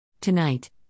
Tonight